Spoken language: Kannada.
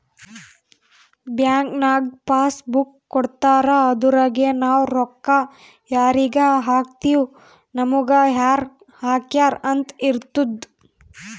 ಬ್ಯಾಂಕ್ ನಾಗ್ ಪಾಸ್ ಬುಕ್ ಕೊಡ್ತಾರ ಅದುರಗೆ ನಾವ್ ರೊಕ್ಕಾ ಯಾರಿಗ ಹಾಕಿವ್ ನಮುಗ ಯಾರ್ ಹಾಕ್ಯಾರ್ ಅಂತ್ ಇರ್ತುದ್